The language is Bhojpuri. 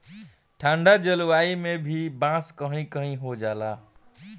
ठंडा जलवायु में भी बांस कही कही हो जाला